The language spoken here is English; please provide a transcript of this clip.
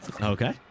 Okay